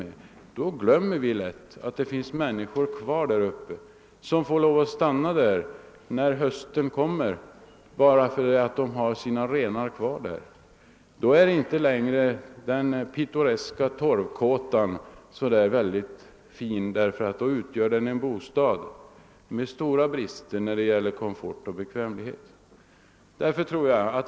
Och vi glömmer lätt att det finns människor kvar där uppe som måste stanna även när hösten kommer bara därför att de har sina renar i des sa områden, och då är inte längre den pittoreska torvkåtan så fin. Den är ju en bostad med stora brister i fråga om komfort och bekvämlighet.